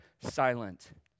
silent